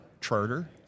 charter